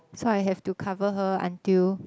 so I have to cover her until